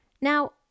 Now